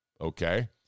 Okay